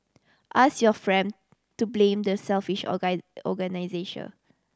ask your friend to blame the selfish organiser